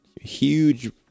Huge